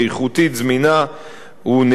זמינה ונגישה,